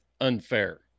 unfair